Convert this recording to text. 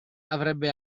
avrebbe